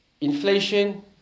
inflation